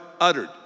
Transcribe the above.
uttered